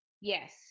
Yes